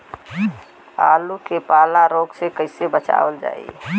आलू के पाला रोग से कईसे बचावल जाई?